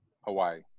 Hawaii